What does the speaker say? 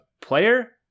player